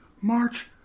March